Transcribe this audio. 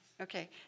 Okay